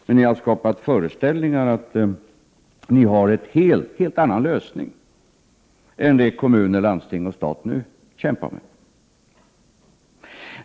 Men ni har skapat föreställningar om att ni har en helt annan lösning än den kommuner, landsting och staten nu kämpar med.